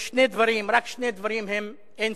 יש שני דברים, רק שני דברים הם אין-סופיים: